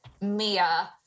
Mia